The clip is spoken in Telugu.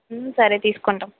సరే తీసుకుంటాం